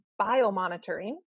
biomonitoring